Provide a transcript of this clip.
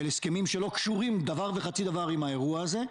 הסכמים שלא קשורים דבר וחצי דבר עם האירוע הזה.